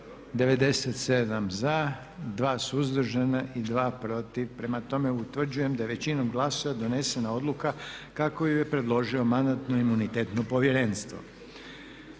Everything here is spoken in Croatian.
97 za, 2 suzdržana i 2 protiv. Prema tome utvrđujem da je većinom glasova donesena odluka kako ju je predložio Mandatno-imunitetno povjerenstvo.